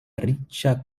riĉa